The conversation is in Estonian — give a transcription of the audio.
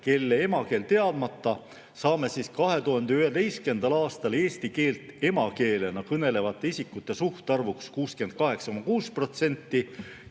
kelle emakeel on teadmata, siis saadi 2011. aastal eesti keelt emakeelena kõnelevate isikute suhtarvuks 68,6%.